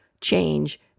change